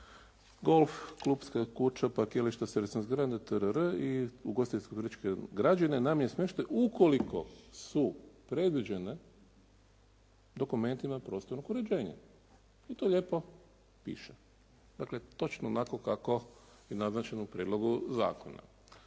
golf klupska kuća, parkirališta, …/Govornik se ne razumije./… zgrade i ugostiteljsko-turističke građevine namjena smještaja ukoliko su predviđene dokumentima prostornog uređenja, i to lijepo piše, dakle točno onako kako je naznačeno u prijedlogu zakona.